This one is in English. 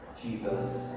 Jesus